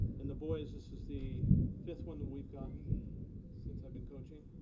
in the boys, this is the fifth one that we've gotten since i've been coaching.